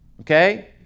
Okay